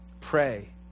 pray